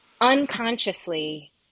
unconsciously